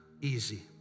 easy